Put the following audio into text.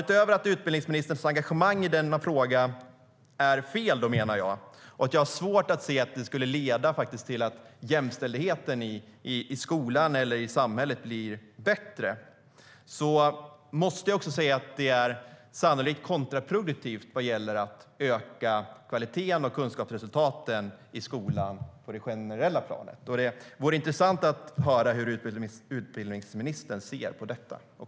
Jag menar att utbildningsministerns engagemang i denna fråga är fel, och jag har svårt att se att det skulle leda till att jämställdheten i skolan eller i samhället blir bättre. Dessutom måste jag säga att det sannolikt är kontraproduktivt vad gäller att öka kvaliteten och kunskapsresultaten i skolan på det generella planet. Det vore intressant att höra hur utbildningsministern ser på detta.